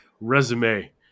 resume